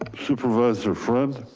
ah supervisor friend.